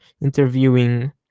interviewing